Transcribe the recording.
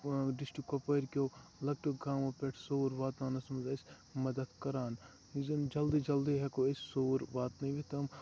آ ڈِسٹرکٹ کۄپوٲرۍکیٛو لۄکٔٹیو گامو پیٚٹھ سووُر واتناونَس منٛز اسہِ مدتھ کران یُس زَن جلدٕے جلدٕے ہیٚکو أسۍ سووُر واتنٲوِتھ تٔمۍ